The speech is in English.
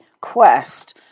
quest